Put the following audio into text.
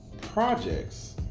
projects